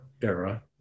era